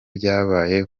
byabaye